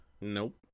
Nope